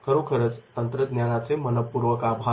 खरोखरच तंत्रज्ञानाचे मनःपूर्वक आभार